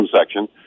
section